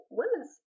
women's